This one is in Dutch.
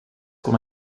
kon